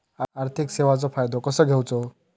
आर्थिक सेवाचो फायदो कसो घेवचो?